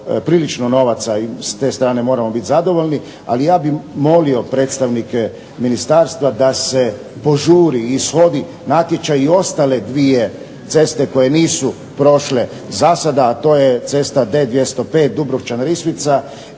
prilično novaca i s te strane moramo biti zadovoljni. Ali ja bih molio predstavnike ministarstva da se požuri i s ovim natječaj i ostale dvije ceste koje nisu prošle za sada, a to je cesta D205 Dubrovčan-Risvica